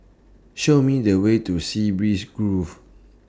Show Me The Way to Sea Breeze Grove